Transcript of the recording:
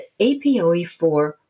APOE4